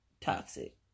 toxic